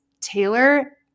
Taylor